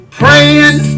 praying